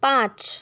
पाँच